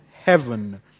heaven